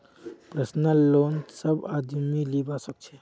personal loan सब आदमी लीबा सखछे